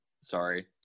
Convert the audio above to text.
Sorry